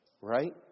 right